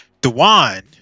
Dewan